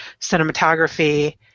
cinematography